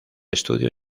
estudio